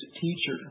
teacher